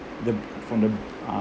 the from the uh